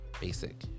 basic